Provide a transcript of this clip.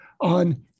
on